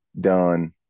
done